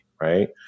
right